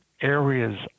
areas